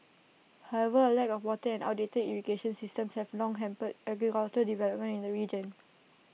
however A lack of water and outdated irrigation systems have long hampered agricultural development in the region